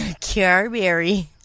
Carberry